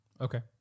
Okay